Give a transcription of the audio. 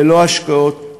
ללא השקעות,